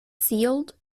sealed